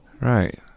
right